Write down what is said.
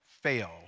fail